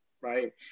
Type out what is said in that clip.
right